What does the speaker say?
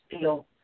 feel